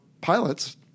pilots